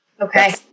Okay